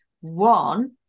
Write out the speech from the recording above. One